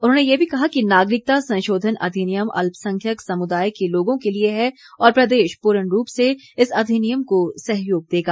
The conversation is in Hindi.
उन्होंने यह भी कहा कि नागरिकता संशोधन अधिनियम अल्पसंख्यक समुदाय के लोगों के लिए है और प्रदेश पूर्ण रूप से इस अधिनियम को सहयोग देगा